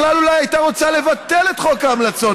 היא בכלל אולי הייתה רוצה לבטל את חוק ההמלצות,